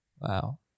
wow